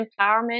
empowerment